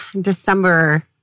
December